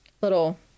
little